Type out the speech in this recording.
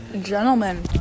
gentlemen